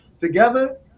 together